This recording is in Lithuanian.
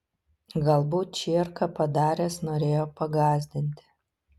galbūt čierką padaręs norėjo pagąsdinti